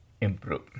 improve